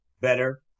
better